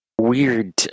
weird